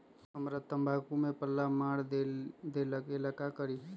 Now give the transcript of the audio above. हमरा तंबाकू में पल्ला मार देलक ये ला का करी?